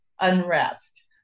unrest